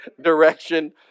direction